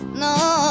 no